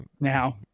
now